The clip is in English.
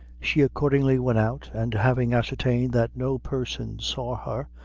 she accordingly went out, and having ascertained that no person saw her,